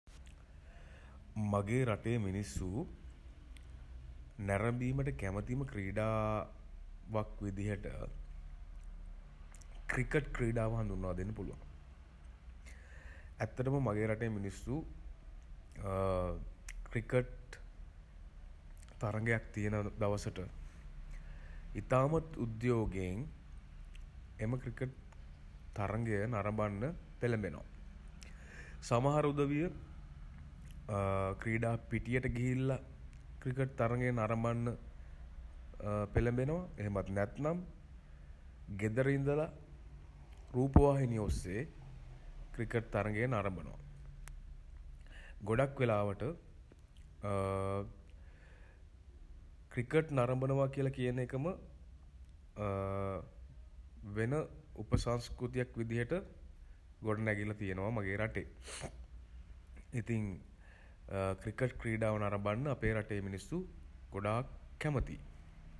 මගේ රටේ මිනිස්සු නැරැඹීමට කැමතිම ක්‍රීඩාවක් විදිහට ක්‍රිකට් ක්‍රීඩාව හඳුන්වා දෙන්න පුළුවන්. ඇත්තටම මගේ රටේ මිනිස්සු ක්‍රිකට් තරගයක් තියෙන දවසට ඉතාමත් උද්යෝගයෙන් එම ක්‍රිකට් තරගය නරඹන්න පෙළඹෙනවා. සමහර උදවිය ක්‍රීඩා පිටියට ගිහිල්ලා ක්‍රිකට් තරගය නරඹන්න පෙළඹෙනවා. එහෙමත් නැත්නම් ගෙදර ඉඳලා රූපවාහිනිය ඔස්සේ ක්‍රිකට් තරගය නරඹනවා. ගොඩක් වෙලාවට ක්‍රිකට් නරඹනවා කියලා කියන එකම වෙන උප සංස්කෘතියක් විදිහට ගොඩනැගිලා තියෙනවා මගේ රටේ. ඉතින් ක්‍රිකට් ක්‍රීඩාව නරඹන්න අපේ රටේ මිනිස්සු ගොඩාක් කැමතියි.